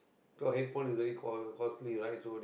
cause headphone is very cost costly right so